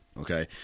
okay